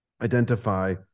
identify